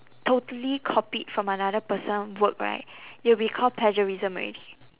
totally copied from another person work right it'll be called plagiarism already